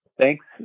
Thanks